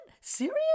Serious